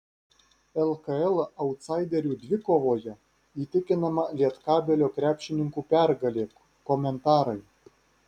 lkl autsaiderių dvikovoje įtikinama lietkabelio krepšininkų pergalė komentarai